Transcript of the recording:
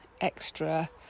extra